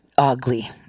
ugly